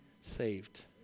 saved